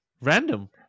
Random